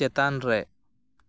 ᱪᱮᱛᱟᱱᱨᱮ